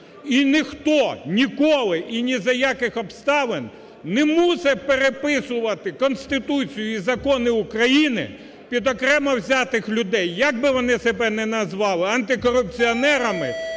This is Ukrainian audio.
І ніхто, ніколи і не за яких обставин не мусить переписувати Конституцію і закони України під окремо взятих людей, якби вони себе не назвали антикорупціонерами